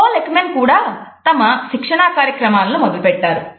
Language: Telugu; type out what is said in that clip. పాల్ ఎక్మాన్ కూడా తమ శిక్షణా కార్యక్రమాలను మొదలుపెట్టారు